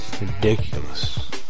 Ridiculous